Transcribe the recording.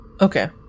Okay